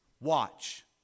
Watch